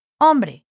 hombre